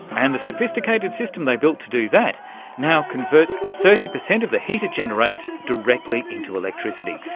and the sophisticated system they built to do that now converts thirty percent of the heat it generates directly into electricity,